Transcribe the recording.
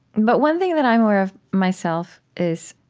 but one thing that i'm aware of, myself, is,